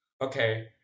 Okay